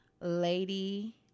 lady